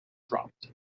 dropped